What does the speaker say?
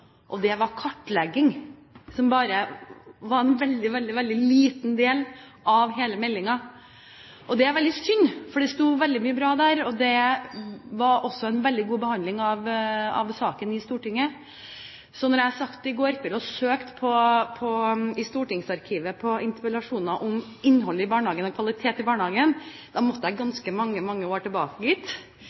og det var kartlegging, som bare var en veldig, veldig liten del av hele meldingen. Det er veldig synd, for det sto veldig mye bra der. Det var også en veldig god behandling av saken i Stortinget. Da jeg satt i går kveld og søkte i stortingsarkivet på interpellasjoner om innhold og kvalitet i barnehagen, måtte jeg ganske mange år tilbake